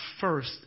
first